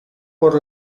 por